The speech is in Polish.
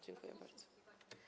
Dziękuję bardzo.